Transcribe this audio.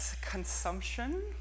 consumption